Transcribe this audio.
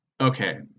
Okay